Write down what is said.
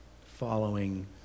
following